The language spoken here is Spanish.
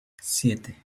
siete